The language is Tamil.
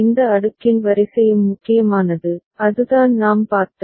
இந்த அடுக்கின் வரிசையும் முக்கியமானது அதுதான் நாம் பார்த்தது